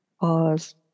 Pause